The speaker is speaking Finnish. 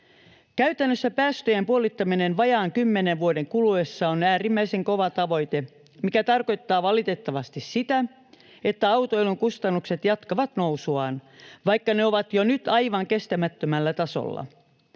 Käytännössä päästöjen puolittaminen vajaan 10 vuoden kuluessa on äärimmäisen kova tavoite, mikä tarkoittaa valitettavasti sitä, että autoilun kustannukset jatkavat nousuaan, vaikka ne ovat jo nyt aivan kestämättömällä tasolla.